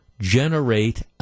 generate